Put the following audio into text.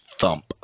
thump